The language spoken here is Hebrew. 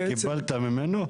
קיבלת ממנו?